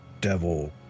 devil